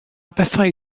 bethau